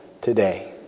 today